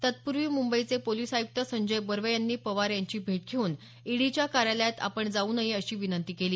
तत्पूर्वी मुंबईचे पोलिस आयुक्त संजय बर्वे यांनी पवार यांची भेट घेऊन ईडीच्या कार्यालयात आपण जाऊ नये अशी विनंती केली